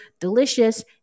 delicious